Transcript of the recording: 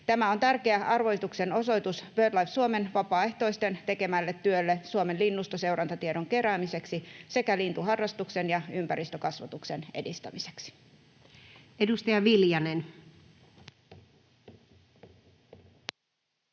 Tämä on tärkeä arvostuksen osoitus BirdLife Suomen vapaaehtoisten tekemälle työlle Suomen linnustonseurantatiedon keräämiseksi sekä lintuharrastuksen ja ympäristökasvatuksen edistämiseksi. Edustaja Viljanen.